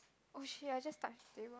oh shit I just touch the table